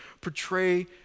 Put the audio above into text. portray